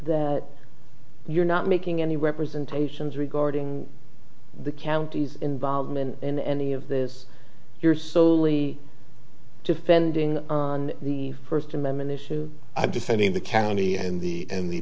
that you're not making any representations regarding the county's involvement in any of this you're soley defending on the first amendment issue of defending the county and the and the